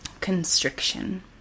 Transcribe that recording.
constriction